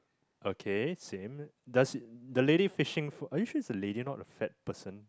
okay same does the lady fishing are you sure it's a lady not a fat person